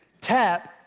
tap